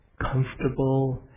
comfortable